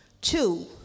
Two